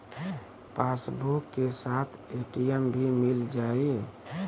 Passbook के साथ ATM भी मील जाई?